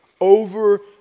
over